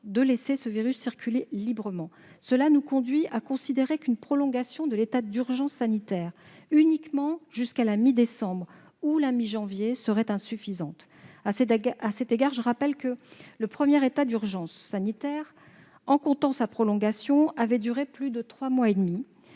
de laisser celui-ci circuler librement. Cela nous conduit à considérer qu'une prolongation de l'état d'urgence sanitaire jusqu'à la mi-décembre ou à la mi-janvier seulement serait insuffisante. À cet égard, je rappelle que le premier état d'urgence sanitaire avait duré, en comptant sa prolongation, plus de trois mois et demi,